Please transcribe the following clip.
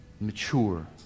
mature